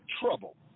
trouble